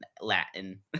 Latin